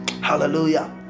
Hallelujah